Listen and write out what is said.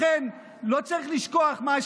אבל אני רק רוצה לבוא ולהזכיר לחבריי באופוזיציה